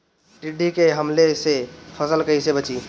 टिड्डी के हमले से फसल कइसे बची?